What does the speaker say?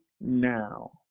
now